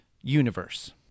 universe